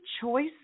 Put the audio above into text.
choice